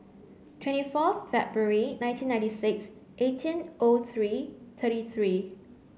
twenty fourth February nineteen ninety six eighteen O three thirty three